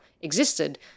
existed